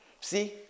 See